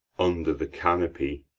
under the canopy.